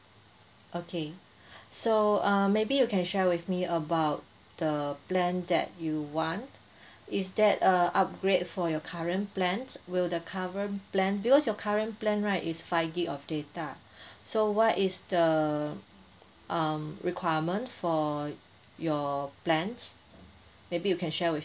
okay so uh maybe you can share with me about the plan that you want is that a upgrade for your current plan will the current plan because your current plan right is five gig of data so what is the um requirement for your plans maybe you can share with